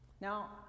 Now